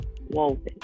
woven